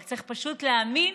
צריך פשוט רק להאמין,